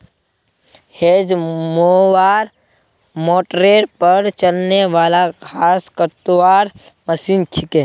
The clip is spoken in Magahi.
हेज मोवर मोटरेर पर चलने वाला घास कतवार मशीन छिके